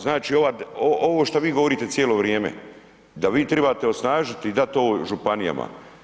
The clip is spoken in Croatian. Znači ovo što vi govorite cijelo vrijeme, da vi trebate osnažiti i dat to županijama.